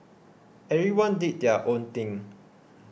everyone did their own thing